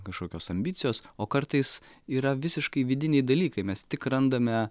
kažkokios ambicijos o kartais yra visiškai vidiniai dalykai mes tik randame